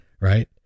right